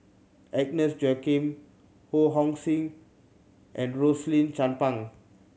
Agnes Joaquim Ho Hong Sing and Rosaline Chan Pang